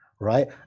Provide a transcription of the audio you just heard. right